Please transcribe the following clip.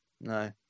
no